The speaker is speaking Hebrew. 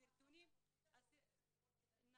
הסרטונים --- התכנית הלאומית לבטיחות ילדים --- את הפעילות.